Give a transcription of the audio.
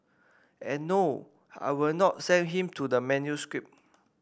and no I will not send him the manuscript